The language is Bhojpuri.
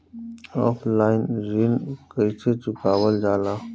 ऑफलाइन ऋण कइसे चुकवाल जाला?